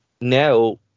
now